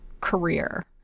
career